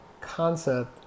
concept